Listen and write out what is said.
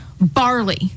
Barley